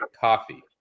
coffee